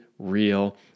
Real